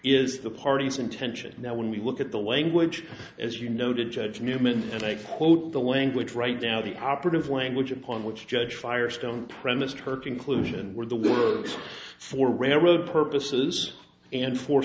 is the parties intention now when we look at the language as you noted judge newman and i quote the language right now the operative language upon which judge firestone premised her conclusion were the words for railroad purposes and for